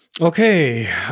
Okay